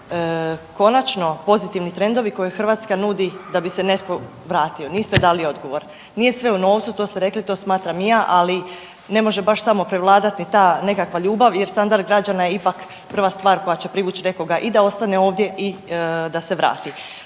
konačno pozitivni trendovi koje Hrvatska nudi da bi se netko vratio. Niste dali odgovor. Nije sve u novcu, to ste rekli, to smatram i ja, ali ne može baš samo prevladat ni ta nekakva ljubav jer standard građana je ipak prva stvar koja će privuć nekoga i da ostane ovdje i da se vrate.